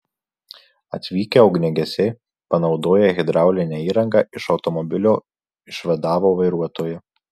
atvykę ugniagesiai panaudoję hidraulinę įrangą iš automobilio išvadavo vairuotoją